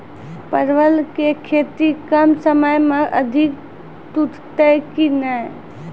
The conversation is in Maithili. परवल की खेती कम समय मे अधिक टूटते की ने?